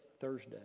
Thursday